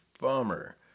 bummer